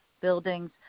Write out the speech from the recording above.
buildings